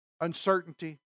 uncertainty